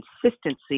consistency